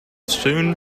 soon